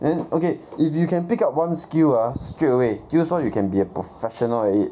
then okay if you can pick up one skill ah straight away 就是说 you can be a professional at it